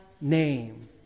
name